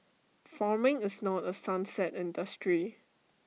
farming is not A sunset industry